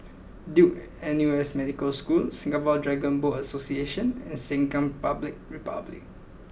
Duke N U S Medical School Singapore Dragon Boat Association and Sengkang Public republic